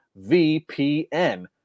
VPN